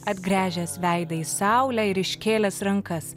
atgręžęs veidą į saulę ir iškėlęs rankas